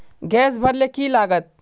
Gas भरले की लागत?